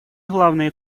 главные